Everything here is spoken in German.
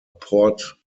port